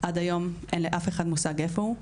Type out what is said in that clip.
עד היום אין לאף אחד מושג איפה הוא.